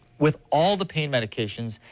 with all the pain medications,